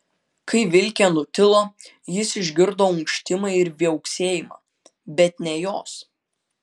kai vilkė nutilo jis išgirdo unkštimą ir viauksėjimą bet ne jos